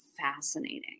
fascinating